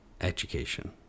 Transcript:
education